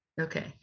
Okay